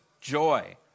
joy